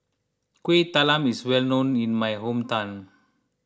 Kuih Talam is well known in my hometown